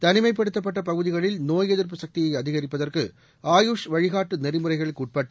தளிமைப்படுத்தப்பட்ட பகுதிகளில் நோய் எதிர்ப்பு சக்தியை அதிகரிப்பதற்கு ஆயுஷ் வழிகாட்டு நெறிமுறைகளுக்குட்பட்டு